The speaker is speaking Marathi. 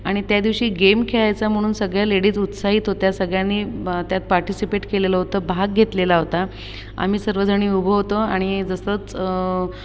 आणि त्यादिवशी गेम खेळायचा म्हणून सगळ्या लेडीज उत्साहित होत्या सगळ्यांनी त्यात पार्टिसिपेट केलेलं होतं भाग घेतलेला होता आम्ही सर्वजणी उभे होतो आणि जसंच